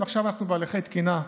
ועכשיו אנחנו בהליכי תקינה,